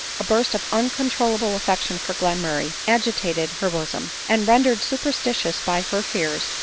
a burst of un controlable affection for glenmurray agitated her bosom and, rendered superstitious by her fears,